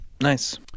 Nice